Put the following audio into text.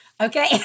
Okay